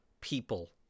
people